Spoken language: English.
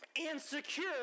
insecure